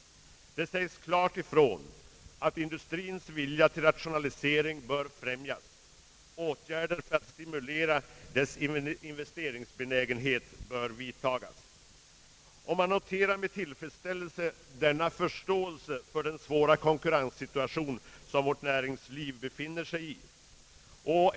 Det sägs klart ifrån att industriens vilja till rationalisering bör främjas. Åtgärder för att stimulera dess investeringsbenägenhet bör vidtas. Man noterar med tillfredsställelse denna förståelse för den svåra konkurrenssituation som vårt näringsliv befinner sig i.